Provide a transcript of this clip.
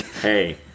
hey